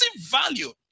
value